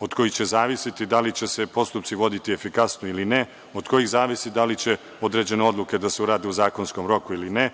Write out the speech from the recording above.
od kojih će zavisiti da li će se postupci voditi efikasno ili ne, od kojih zavisi da li će određene odluke da se urade u zakonskom roku ili ne,